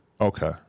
Okay